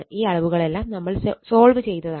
ഈ അളവുകളെല്ലാം നമ്മൾ സോൾവ് ചെയ്തതാണ്